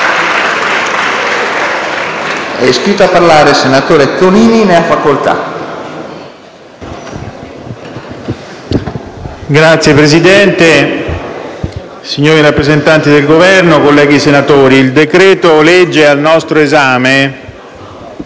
Signor Presidente, signori rappresentanti del Governo, colleghi senatori, il decreto-legge al nostro esame